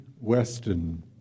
Weston